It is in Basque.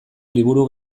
liburu